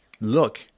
look